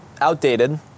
outdated